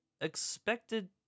expected